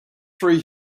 three